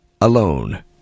alone